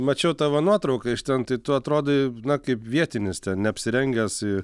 mačiau tavo nuotrauką iš ten tai tu atrodai na kaip vietinis ten neapsirengęs